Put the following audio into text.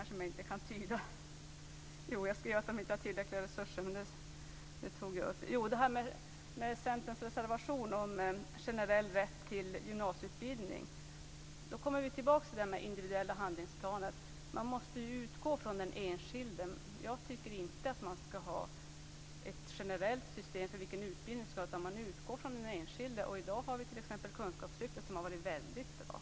Sedan vill jag säga några ord om Centerns reservation om generell rätt till gymnasieutbildning. Här kommer vi tillbaka till detta med individuella handlingsplaner. Man måste ju utgå från den enskilde. Jag tycker inte att man skall ha ett generellt system för vilken utbildning folk skall ha, utan man utgår från den enskilde. I dag har vi t.ex. kunskapslyftet som har varit väldigt bra.